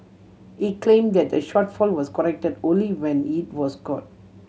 he claimed that the shortfall was corrected only when it was caught